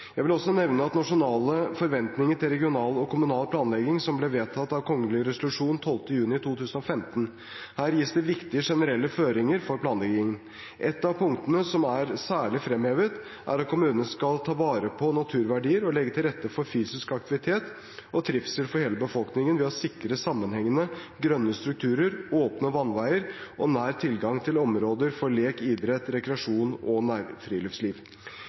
Jeg vil også nevne nasjonale forventninger til regional og kommunal planlegging, som ble vedtatt ved kongelig resolusjon 12. juni 2015. Her gis det viktige generelle føringer for planleggingen. Et av punktene som er særlig fremhevet, er at kommunene skal ta vare på naturverdier og legge til rette for fysisk aktivitet og trivsel for hele befolkningen ved å sikre sammenhengende grønne strukturer, åpne vannveier og nær tilgang til områder for lek, idrett, rekreasjon og nærfriluftsliv.